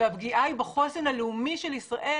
הפגיעה היא בחוסן הלאומי של ישראל,